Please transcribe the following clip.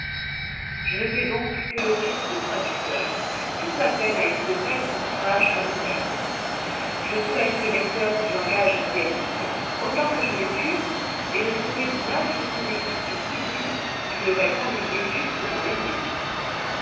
je ne fais donc que l'office de traducteur toute ma peine a été de mettre l'ouvrage à nos mœurs j'ai soulagé le lecteur du langage asiatique autant que je l'ai pu et l'ai sauvé d'une infinité d'expressions sublimes qui l'auroient ennuyé jusque dans les nues